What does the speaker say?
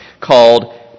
called